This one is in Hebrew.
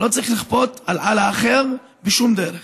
לא צריך לכפות על האחר בשום דרך.